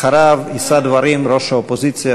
אחריו יישא דברים ראש האופוזיציה,